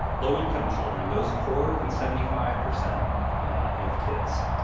low income children, those poorer than seventy five percent of kids,